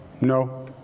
no